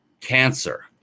cancer